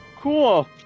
Cool